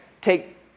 take